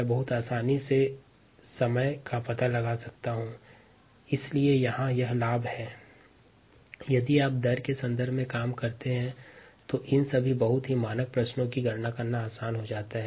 आप आसानी से समय का पता लगा सकता हैं इसलिए यहां दर के संदर्भ में काम करने से लाभ है क्योंकि हम इन सभी मानक प्रश्नों की गणना आसानी से कर सकते है